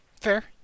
Fair